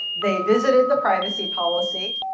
they visited the privacy policy.